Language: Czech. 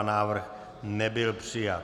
Návrh nebyl přijat.